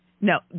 No